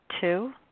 two